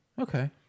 Okay